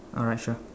alright sure